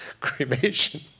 cremation